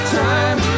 time